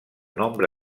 nombre